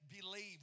Believe